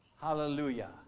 Hallelujah